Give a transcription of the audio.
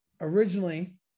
originally